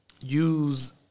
use